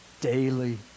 daily